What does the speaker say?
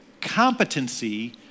Competency